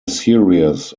series